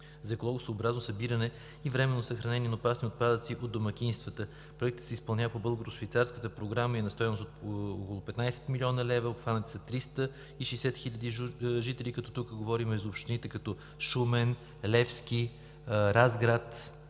за екологосъобразно събиране и временно съхранение на опасни отпадъци от домакинствата“. Проектът се изпълнява по Българо- швейцарската програма и е на стойност от около 15 млн. лв. Обхванати са 360 хиляди жители, като тук говорим за общините Шумен, Левски, Разград,